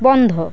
বন্ধ